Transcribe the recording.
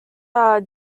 are